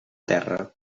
terra